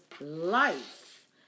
life